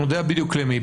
אני יודע בדיוק למי לפנות.